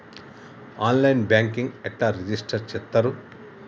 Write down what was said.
On line banking ఎట్లా register చేత్తరు?